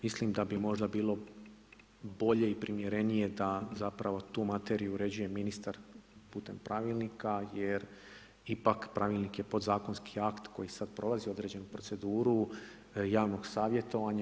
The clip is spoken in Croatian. Mislim da bi možda bilo bolje i primjerenije da zapravo tu materiju uređuje ministar putem pravilnika jer ipak pravilnik je podzakonski akt koji sada prolazi određenu proceduru javnog savjetovanja.